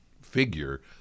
figure